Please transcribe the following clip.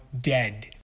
dead